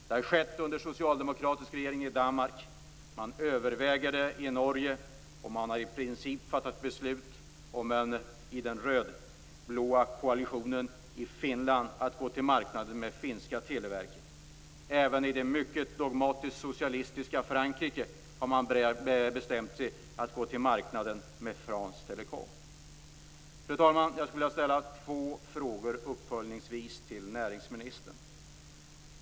Det har skett under socialdemokratisk regering i Danmark, man överväger det i Norge och man har i princip fattat beslut i den röd-blå koalitionen i Finland att gå till marknaden med finska televerket. Även i det mycket dogmatiskt socialistiska Frankrike har man bestämt sig för att gå till marknaden med France Telecom. Fru talman! Jag skulle vilja ställa två uppföljningsfrågor till näringsministern.